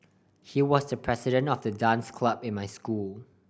he was the president of the dance club in my school